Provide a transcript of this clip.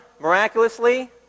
miraculously